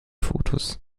fotos